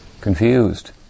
confused